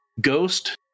Ghost